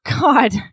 god